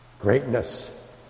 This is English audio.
Greatness